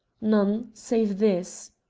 none, save this,